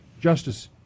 Justice